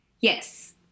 Yes